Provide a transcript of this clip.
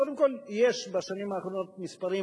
קודם כול, בשנים האחרונות יש מספרים